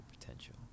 potential